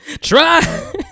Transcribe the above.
Try